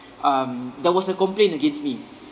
um there was a complaint against me